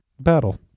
battle